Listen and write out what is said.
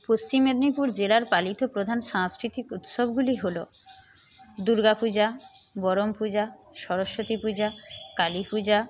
পশ্চিম মেদিনীপুর জেলার পালিত প্রধান সাংস্কৃতিক উৎসবগুলি হলো দুর্গাপূজা বরম পূজা সরস্বতী পূজা কালী পূজা